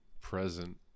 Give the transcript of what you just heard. present